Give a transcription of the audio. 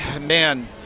Man